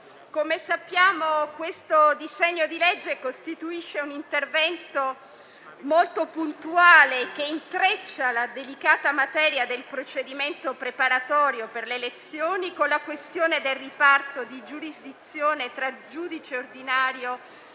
Come sappiamo, il disegno di legge in esame costituisce un intervento molto puntuale, che intreccia la delicata materia del procedimento preparatorio per le elezioni con la questione del riparto di giurisdizione tra giudice ordinario